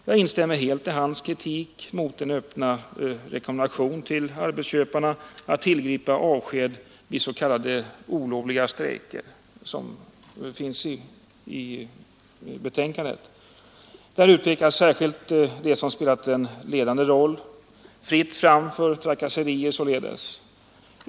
Jag instämmer helt i hans kritik mot den öppna rekommendationen till arbetsköparna att tillgripa avsked i s.k. olovliga strejker som finns i betänkandet. Där utpekas särskilt de som spelat en ledande roll. Fritt fram för trakasserier således.